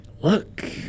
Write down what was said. look